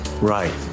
Right